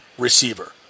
receiver